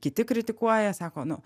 kiti kritikuoja sako nu